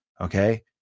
okay